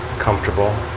comfortable.